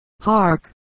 hark